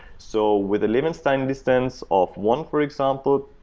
so with a levenshtein distance of one, for example,